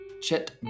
Chet